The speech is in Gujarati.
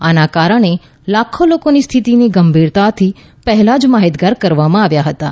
આના કારણે લાખો લોકોને સ્થિતીની ગંભીરતાથી પહેલા જ માહિતીગાર કરવામાં આવ્યા હતાં